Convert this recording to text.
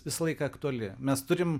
visą laiką aktuali mes turim